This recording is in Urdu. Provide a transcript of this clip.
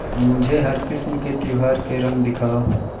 مجھے ہر قسم کے تہوار کے رنگ دکھاؤ